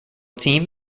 team